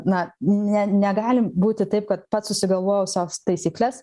na ne negalim būti taip kad pats susigalvojau sau taisykles